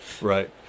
Right